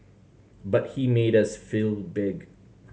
but he made us feel big